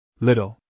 Little